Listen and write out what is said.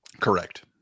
Correct